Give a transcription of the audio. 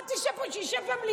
לפחות שישב פה, שישב במליאה,